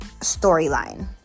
storyline